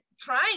trying